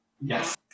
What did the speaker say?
Yes